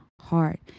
heart